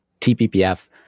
TPPF